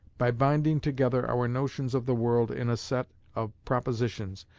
by binding together our notions of the world in a set of propositions,